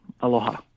Aloha